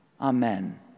Amen